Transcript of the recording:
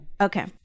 Okay